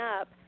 up